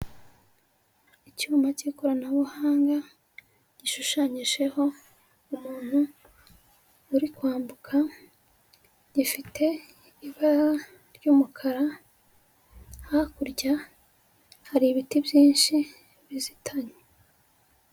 Icyuma cy'ikoranabuhanga gishushanyijeho umuntu uri kwambuka, gifite ibara ry'umukara, hakurya hari ibiti byinshi bizitanye.